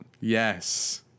Yes